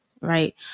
right